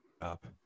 up